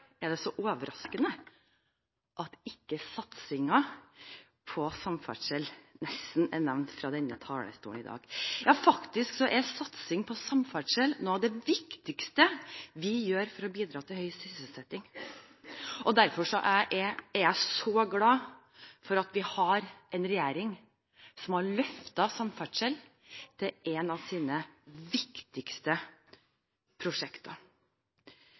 er det så overraskende at satsingen på samferdsel nesten ikke er nevnt fra denne talerstolen i dag. Ja, faktisk er satsing på samferdsel noe av det viktigste vi gjør for å bidra til høy sysselsetting. Derfor er jeg så glad for at vi har en regjering som har løftet samferdsel som en av sine viktigste prosjekter.